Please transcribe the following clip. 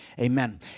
Amen